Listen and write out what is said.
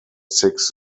six